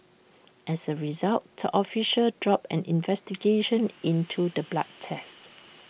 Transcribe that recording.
as A result the official dropped an investigation into the blood test